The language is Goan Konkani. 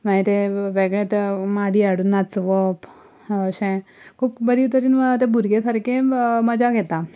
मागीर ते वेगळें ते माडी हाडून नाचोवप अशें खूब बरे तरेन आतां भुरगे सारके मजा घेता